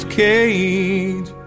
cage